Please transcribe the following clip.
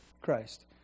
Christ